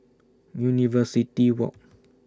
University Walk